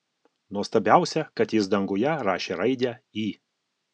nuostabiausia kad jis danguje rašė raidę i